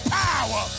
power